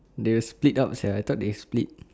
the split up sia I thought they split